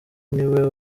niwe